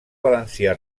valencià